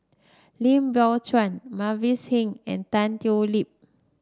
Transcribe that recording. Lim Biow Chuan Mavis Hee and Tan Thoon Lip